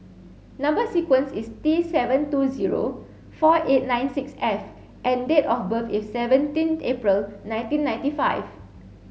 number sequence is T seven two zero four eight nine six F and date of birth is seventeen April nineteen ninety five